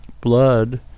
blood